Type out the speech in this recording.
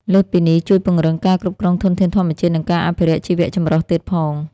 លើសពីនេះ ជួយពង្រឹងការគ្រប់គ្រងធនធានធម្មជាតិ និងការអភិរក្សជីវចម្រុះទៀតផង។